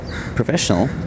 professional